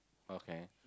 okay